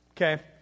Okay